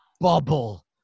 bubble